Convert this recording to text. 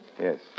Yes